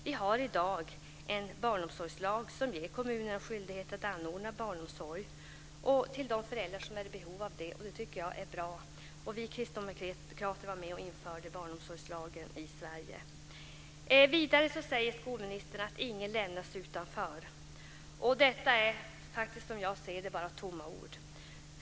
Vi har i dag en barnomsorgslag som ger kommuner skyldighet att anordna barnomsorg till de föräldrar som är i behov av det, och det tycker jag är bra. Vi kristdemokrater var med och införde barnomsorgslagen i Sverige. Vidare säger skolministern att ingen lämnas utanför. Detta är faktiskt, som jag ser det, bara tomma ord.